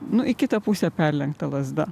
nu į kitą pusę perlenkta lazda